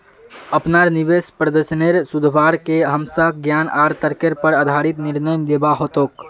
अपनार निवेश प्रदर्शनेर सुधरवार के हमसाक ज्ञान आर तर्केर पर आधारित निर्णय लिबा हतोक